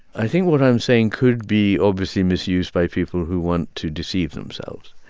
i think what i'm saying could be, obviously, misused by people who want to deceive themselves.